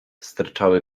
sterczały